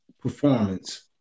performance